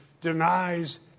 denies